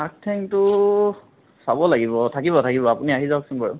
আগ ঠেংটো চাব লাগিব থাকিব থাকিব আপুনি আহি যাওকচোন বাৰু